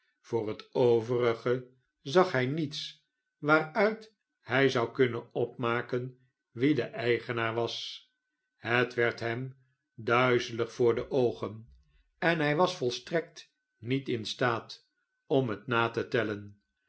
voor het overige zag hy niets waaruit hij zou kunnen opmaken wie de eigenaar was het werd hem duizelig voor de oogen en hij was volstrekt niet in staat om het na te tellen